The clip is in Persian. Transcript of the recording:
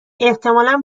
احتمالا